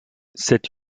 cet